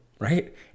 right